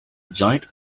giant